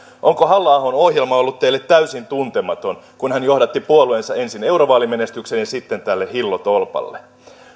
onko halla ahon ohjelma ollut teille täysin tuntematon kun hän johdatti puolueensa ensin eurovaalimenestykseen ja sitten tälle hillotolpalle